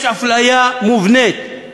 יש אפליה מובנית.